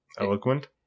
Eloquent